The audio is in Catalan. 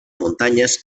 muntanyes